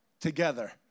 together